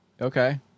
Okay